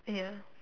ya